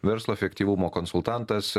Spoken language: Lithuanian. verslo efektyvumo konsultantas